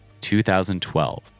2012